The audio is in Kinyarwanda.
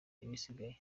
ibisigaye